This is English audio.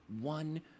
one